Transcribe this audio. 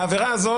העבירה הזו